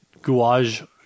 gouage